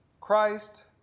Christ